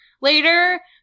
later